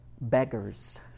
beggars